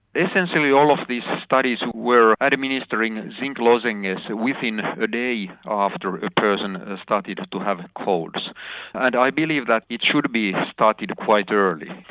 essentially all of these studies were administering and zinc lozenges within a day ah after a person has started to have a cold and i believe that it should be started quite early.